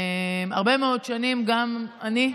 הרבה מאוד שנים גם אני,